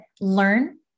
learn